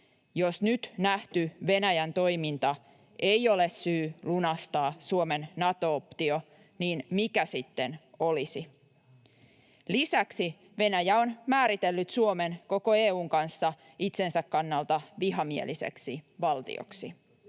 Jos nyt nähty Venäjän toiminta ei ole syy lunastaa Suomen Nato-optio, niin mikä sitten olisi? Lisäksi Venäjä on määritellyt Suomen koko EU:n kanssa itsensä kannalta vihamieliseksi valtioksi.